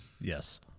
Yes